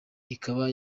ikaba